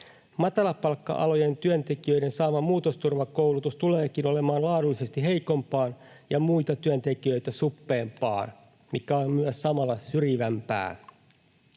Matalapalkka-alojen työntekijöiden saama muutosturvakoulutus tuleekin olemaan laadullisesti heikompaa ja muita työntekijöitä suppeampaa, mikä on samalla myös syrjivämpää.